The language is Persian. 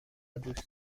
دوست